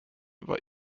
war